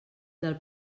del